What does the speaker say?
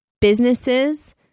businesses